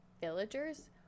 villagers